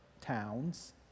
towns